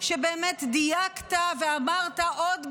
שבאמת דייקת ואמרת עוד בלניות.